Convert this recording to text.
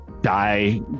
die